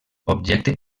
objecte